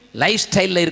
lifestyle